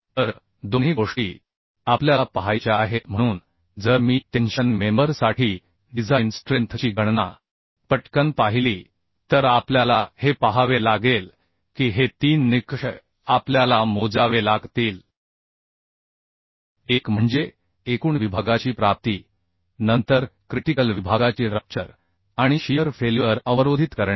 तर दोन्ही गोष्टी आपल्याला पाहायच्या आहेत म्हणून जर मी टेन्शन मेंबर साठी डिझाइन स्ट्रेंथ ची गणना पटकन पाहिली तर आपल्याला हे पाहावे लागेल की हे 3 निकष आपल्याला मोजावे लागतीलएक म्हणजे एकूण विभागाची प्राप्ती नंतर क्रिटिकल विभागाची रप्चर आणि शियर फेल्युअर अवरोधित करणे